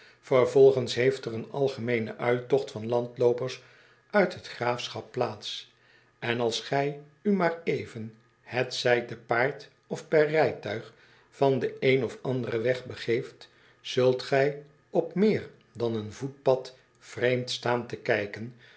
vervolgens heeft er een algemeene uittocht van landloopers uit t graafschap plaats en als gij u maar even betzij te paard of per rijtuig van den een of anderen weg begeeft zult gij op meer dan een voetpad vreemd staan te kijken